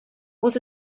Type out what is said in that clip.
was